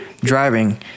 Driving